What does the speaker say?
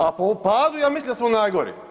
A po padu ja mislim da smo najgori.